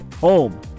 home